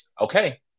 Okay